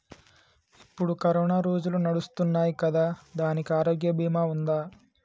ఇప్పుడు కరోనా రోజులు నడుస్తున్నాయి కదా, దానికి ఆరోగ్య బీమా ఉందా?